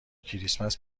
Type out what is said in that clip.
کریسمس